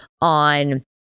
on